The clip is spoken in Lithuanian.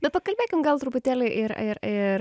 bet pakalbėkim gal truputėlį ir ir ir